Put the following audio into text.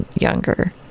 younger